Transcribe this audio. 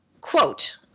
quote